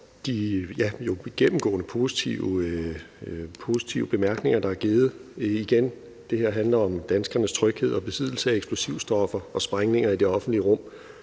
de gennemgående positive bemærkninger, der er givet. Og igen: Det her handler om danskernes tryghed, og besiddelse af eksplosivstoffer og sprængninger i det offentlige rum